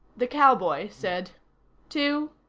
the cowboy said two,